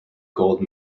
gold